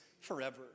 forever